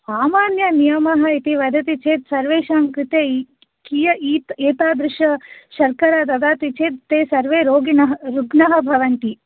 सामान्यनियम इति वदति चेत् सर्वेषां कृते कियत् एतत् एतादृश शर्करा ददाति चेत् ते सर्वे रोगिन रुग्न भवन्ति